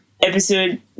Episode